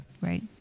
Right